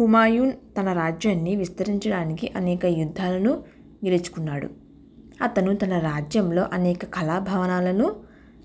హుమాయూన్ తన రాజ్యాన్ని విస్తరించడానికి అనేక యుద్ధాలను గెల్చుకున్నాడు అతను తన రాజ్యంలో అనేక కళాభవనాలను